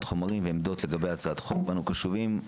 חומרים ועמדות לגבי הצעת החוק ואנחנו קשובים,